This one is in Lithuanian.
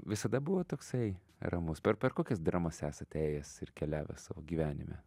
visada buvot toksai ramus per per kokias dramas esat ėjęs ir keliavęs savo gyvenime